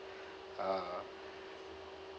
uh